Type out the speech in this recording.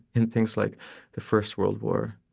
in things like the first world war,